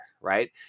right